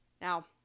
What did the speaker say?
Now